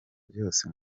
byose